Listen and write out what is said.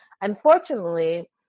Unfortunately